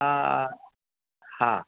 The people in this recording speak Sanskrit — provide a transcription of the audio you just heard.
हा